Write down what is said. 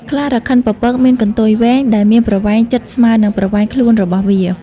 ខ្លារខិនពពកមាន កន្ទុយវែង ដែលមានប្រវែងជិតស្មើនឹងប្រវែងខ្លួនរបស់វា។